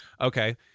Okay